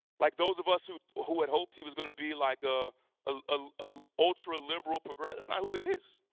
like those of us who who had hoped he was going to be like a ah a a ultra liberal, progressive that's not who he is.